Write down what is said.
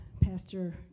Pastor